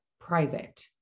private